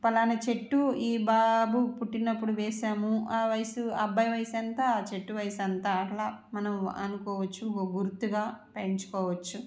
పలానా చెట్టు ఈ బాబు పుట్టినప్పుడు వేసాము ఆ వయసు ఆ అబ్బాయి వయసు ఎంత ఆ చెట్టు వయసు అంత అట్లా మనం అనుకోవచ్చు ఓ గుర్తుగా పెంచుకోవచ్చు